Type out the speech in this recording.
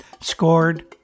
scored